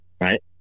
right